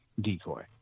decoy